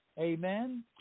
amen